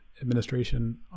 Administration